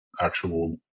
actual